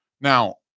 Now